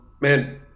man